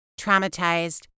traumatized